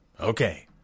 Okay